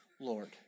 Lord